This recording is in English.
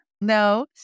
No